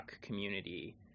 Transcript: community